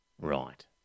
right